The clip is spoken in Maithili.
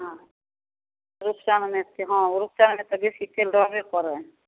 हँ एक सओमे नहि देतै हँ रुपैआ ने मे तऽ बेसी तेल रहबे करै हइ